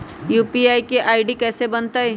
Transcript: UPI के ID कैसे बनतई?